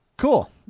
Cool